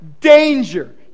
danger